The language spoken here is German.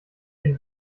den